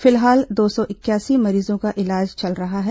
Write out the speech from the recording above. फिलहाल दो सौ इकयासी मरीजों का इलाज चल रहा है